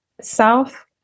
south